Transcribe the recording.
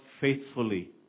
faithfully